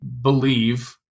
believe